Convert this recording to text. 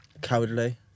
cowardly